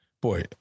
boy